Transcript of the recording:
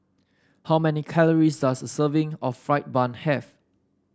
how many calories does a serving of fried bun have